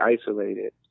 isolated